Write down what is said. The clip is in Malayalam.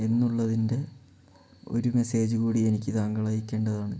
എന്നുള്ളതിൻ്റെ ഒര് മെസ്സേജ് കൂടി എനിക്ക് താങ്കൾ അയക്കേണ്ടത്